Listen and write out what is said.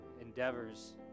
endeavors